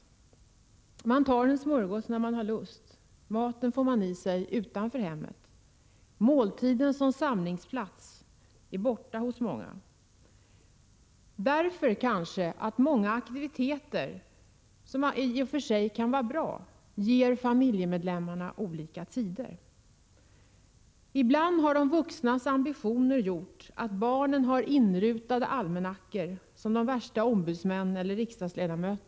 Man tar en smörgås när man har lust — maten får man i sig utanför hemmet. Måltiden som samlingsplats är borta i många hem. Det beror kanske på att de många aktiviteterna, vilka i och för sig kan vara bra, medför att familjemedlemmarna har olika tider. Ibland har de vuxnas ambitioner gjort att barnen har lika inrutade almanackor som den värsta ombudsman eller riksdagsledamot.